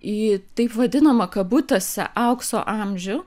į taip vadinamą kabutėse aukso amžių